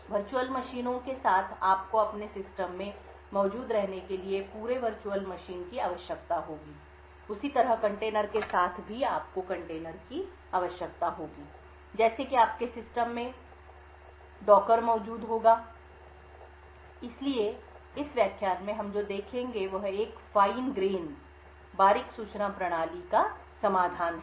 virtual मशीनों के साथ आपको अपने सिस्टम में मौजूद रहने के लिए पूरे वर्चुअल मशीन की आवश्यकता होगी उसी तरह कंटेनर के साथ भी आपको कंटेनर की आवश्यकता होगी जैसे कि आपके सिस्टम में डॉकर मौजूद होगा इसलिए इस व्याख्यान में हम जो देखेंगे वह एक fine grain बारीक सूचना प्रणाली का समाधान है